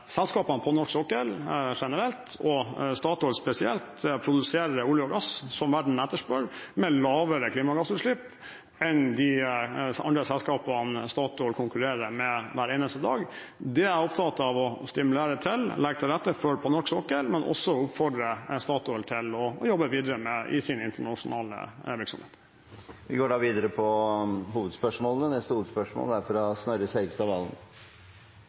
selskapene på norsk sokkel generelt og Statoil spesielt produserer olje og gass som verden etterspør, med lavere klimagassutslipp enn de andre selskapene Statoil konkurrerer med hver eneste dag. Det er jeg opptatt av å stimulere til og legge til rette for på norsk sokkel, men også oppfordre Statoil til å jobbe videre med i sin internasjonale virksomhet. Vi går da videre til neste hovedspørsmål. Mitt spørsmål er